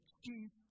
chief